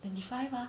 twenty five ah